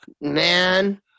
man